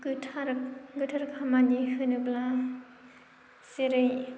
गोथार गोथार खामानि होनोब्ला जेरै